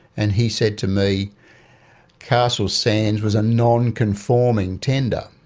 and he said to me castle sands was a non-conforming tender.